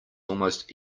almost